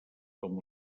com